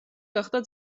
გახდა